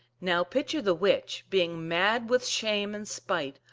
now pitcher the witch, being mad with shame and spite,